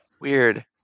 Weird